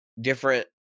different